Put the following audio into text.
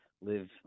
live